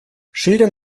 schildern